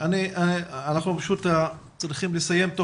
אני פותח את הישיבה של